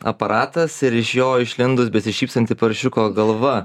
aparatas ir iš jo išlindus besišypsanti paršiuko galva